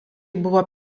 buvo